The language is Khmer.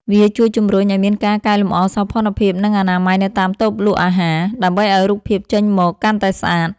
វាជួយជំរុញឱ្យមានការកែលម្អសោភ័ណភាព និងអនាម័យនៅតាមតូបលក់អាហារ ដើម្បីឱ្យរូបភាពចេញមកកាន់តែស្អាត។